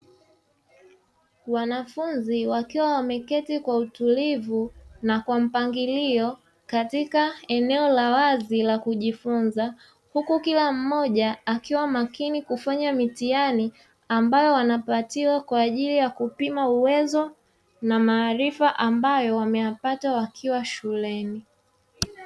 Wanafunzi wakiwa wameketi kwa utulivu na kwa mpangilio katika eneo la wazi la kujifunza huku kila mmoja akiwa makini kufanya mitihani ambayo wanapatiwa kwaajili ya kupima uwezo na maarifa ambayo wameyapata wakiwa shuleni.